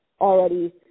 already